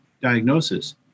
diagnosis